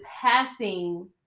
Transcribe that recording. passing